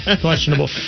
Questionable